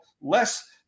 less